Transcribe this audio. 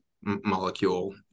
molecule